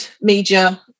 media